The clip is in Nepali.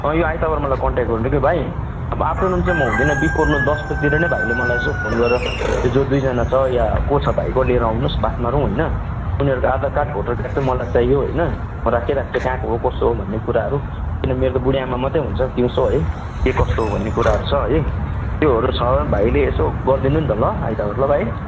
अँ यो आइतबार मलाई कन्ट्याक्ट गर्नु कि भाइ अब आफ्टरनुन चाहिँ म हुँदिनँ बिफोरमा दस बजीतिर नै भाइले मलाई यसो फोन गरेर यो जो दुईजना छ या को छ भाइको लिएर आउनुहोस् बात मारौँ होइन उनीहरूको आधार कार्ड भोटर कार्ड चाहिँ मलाई चाहियो होइन म राखिराख्छु कहाँको हो कस्तो हो कस्तो हो भन्ने कुराहरू किनभने मेरो त बुढी आमा मात्रै हुनुहुन्छ दिउँसो है के कस्तो हो भन्ने कुराहरू छ है त्योहरू छ भाइले यसो गरिदिनु नि त ल आइतबार ल भाइ